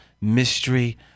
mystery